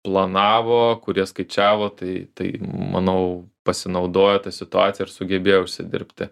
planavo kurie skaičiavo tai tai manau pasinaudojo ta situacija ir sugebėjo užsidirbti